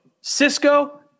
Cisco